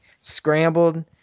scrambled